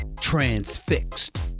transfixed